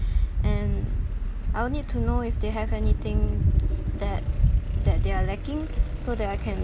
and I will need to know if they have anything that that they are lacking so that I can